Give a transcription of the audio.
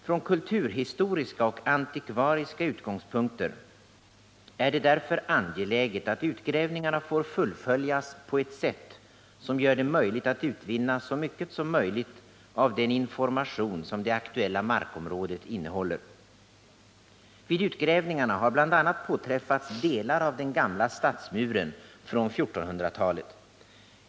Från kulturhistoriska och antikvariska utgångspunkter är det därför angeläget att utgrävningarna får fullföljas på ett sätt som gör det möjligt att utvinna så mycket som möjligt av den information som det aktuella markområdet innehåller. Vid utgrävningarna har bl.a. påträffats delar av den gamla stadsmuren från 1400-talet.